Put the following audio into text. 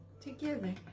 together